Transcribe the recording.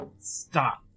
Stop